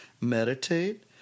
Meditate